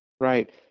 Right